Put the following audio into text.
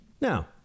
Now